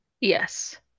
Yes